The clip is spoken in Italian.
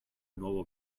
nuovo